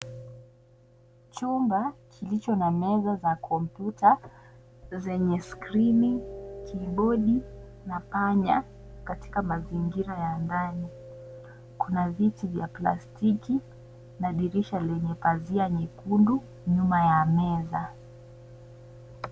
Chumba kilicho na meza za kompyuta na zenye skrini, kibodi na panya katika mazingira ya ndani , kuna viti vya plastiki na dirisha lenye pazia nyekundu nyuma ya meza.